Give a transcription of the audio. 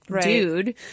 dude